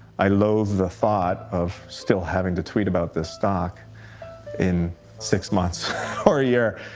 i loath the thought of still having to tweet about this stock in six months or a year.